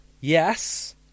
Yes